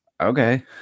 okay